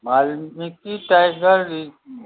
Valmiki tiger रि